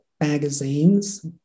magazines